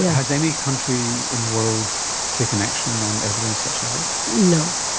yeah has any country in the world taken action on evidence such as this? no,